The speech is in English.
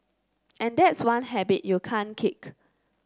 and that's one habit you can't kick